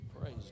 Praise